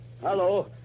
hello